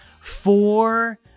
four